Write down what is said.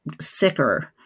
sicker